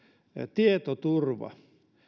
tietoturva